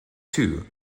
two